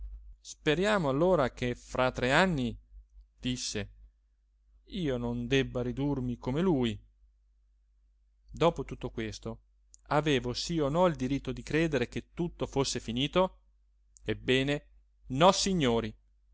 speriamo allora che fra tre anni disse io non debba ridurmi come lui dopo tutto questo avevo sí o no il diritto di credere che tutto fosse finito ebbene nossignori